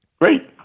Great